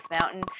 Mountain